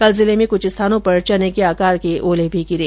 कल जिले में कुछ स्थानों पर चने के आकार के ओले गिरे